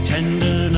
Tender